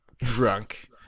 drunk